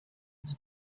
its